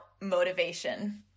motivation